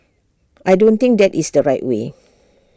I don't think that is the right way